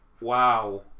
Wow